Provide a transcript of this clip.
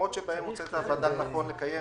מקומות שבהם הוצאת החלטה שנכון לקיים